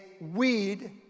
weed